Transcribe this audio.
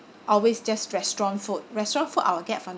always just restaurant food restaurant food I will get from